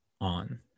on